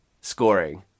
Scoring